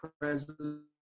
president